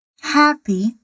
happy